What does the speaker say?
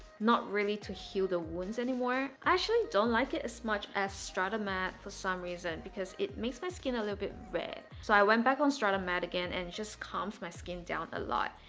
not really to heal the wound anymore i actually don't like it as much as stratamed for some reason because it makes my skin a little bit red so i went back on stratamed again and just calmed my skin down a lot